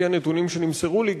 לפי הנתונים שנמסרו לי,